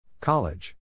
College